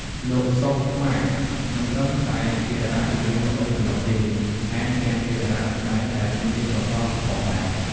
លោក សុះ ម៉ាច មិនត្រឹមតែជាតារាចម្រៀងល្បីប៉ុណ្ណោះទេ ថែមទាំងជាតារាសម្តែងដែលមានទេពកោសល្យផងដែរ។